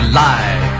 lie